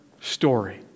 story